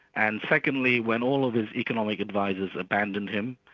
and secondly, when all of his economic advisors abandoned him,